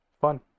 fun